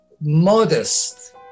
modest